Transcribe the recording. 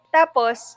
tapos